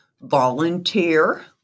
Volunteer